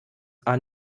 are